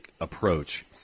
approach